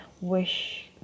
wish